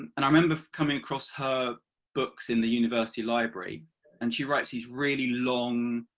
and i remember coming across her books in the university library and she writes these really long,